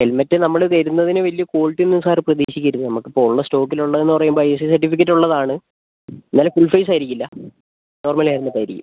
helmet നമ്മൾ തരുന്നതിന് വലിയ ക്വാളിറ്റി ഒന്നും സാർ പ്രതീക്ഷിക്കരുത് നമുക്കിപ്പോൾ ഉള്ള സ്റ്റോക്കിൽ ഉള്ളതെന്ന് പറയുമ്പോൾ ഐ എസ് ഐ സർട്ടിഫിക്കറ്റ് ഉള്ളതാണ് എന്നാലും ഫുൾ സൈസ് ആയിരിക്കില്ല നോർമൽ ഹെൽമെറ്റ് ആയിരിക്കും